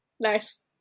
nice